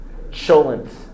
cholent